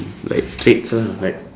like traits lah like